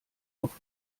auf